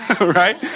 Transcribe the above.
Right